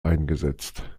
eingesetzt